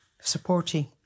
supporting